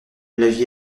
l’avis